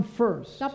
first